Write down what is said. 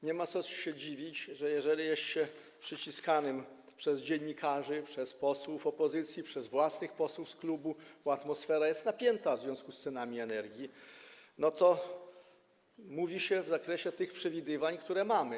Nie ma więc co się dziwić, że jeżeli jest się przyciskanym przez dziennikarzy, przez posłów opozycji, przez posłów z własnego klubu, bo atmosfera jest napięta w związku z cenami energii, to mówi się w zakresie tych przewidywań, które mamy.